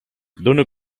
dóna